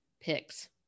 picks